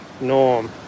norm